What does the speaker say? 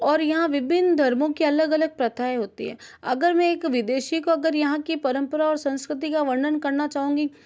और यहाँ विभिन्न धर्मों के अलग अलग प्रथाएँ होती है अगर मैं एक विदेशी को अगर यहाँ की परम्परा और संस्कृति का वर्णन करना चाहूंगी